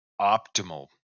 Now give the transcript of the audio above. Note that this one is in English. optimal